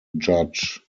judge